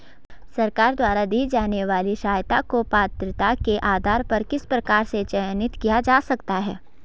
सरकार द्वारा दी जाने वाली सहायता को पात्रता के आधार पर किस प्रकार से चयनित किया जा सकता है?